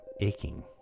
aching